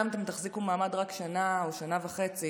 גם אם אתם תחזיקו מעמד רק שנה או שנה וחצי,